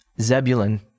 Zebulun